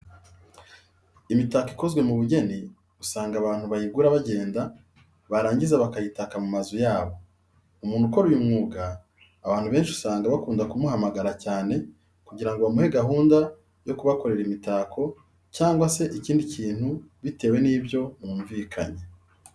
Imitako ikozwe mu bugeni usanga abantu bayigura bagenda barangiza bakayitaka mu mazu yabo. Umuntu ukora uyu mwuga abantu benshi usanga bakunda kumuhamagara cyane kugira ngo bamuhe gahunda yo kubakorera imitako cyangwa se ikindi kintu bitewe n'ibyo mwumvikanye.